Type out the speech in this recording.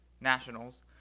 nationals